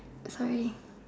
sorry